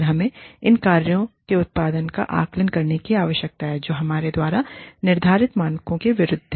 और हमें इन कार्यों के उत्पादन का आकलन करने की आवश्यकता है जो हमारे द्वारा निर्धारित मानकों के विरुद्ध हैं